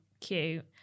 cute